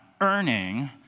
earning